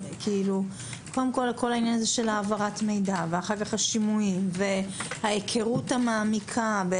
כל העניין של העברת מידע והשיניים וההיכרות המעמיקה,